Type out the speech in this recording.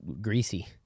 greasy